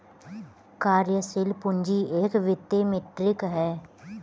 कार्यशील पूंजी एक वित्तीय मीट्रिक है